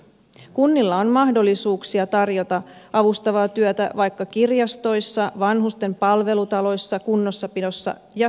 kunnilla on mahdollisuuksia tarjota avustavaa työtä vaikka kirjastoissa vanhusten palvelutaloissa kunnossapidossa ja siivouksessa